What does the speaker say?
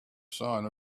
sign